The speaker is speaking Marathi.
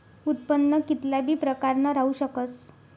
उत्पन्न कित्ला बी प्रकारनं राहू शकस